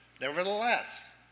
Nevertheless